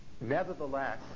Nevertheless